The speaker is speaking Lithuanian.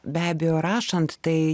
be abejo rašant tai